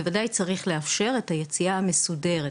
בוודאי צריך לאפשר את היציאה המסודרת,